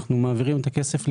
אנחנו מעבירים את הכסף.